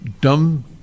dumb